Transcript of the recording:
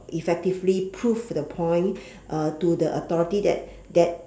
effectively prove to the point uh to the authority that that